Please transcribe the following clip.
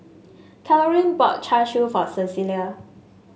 Carolyne bought Char Siu for Cecilia